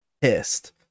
pissed